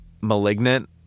Malignant